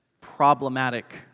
problematic